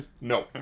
No